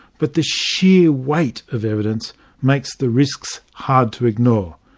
but the sheer weight of evidence makes the risks hard to ignore.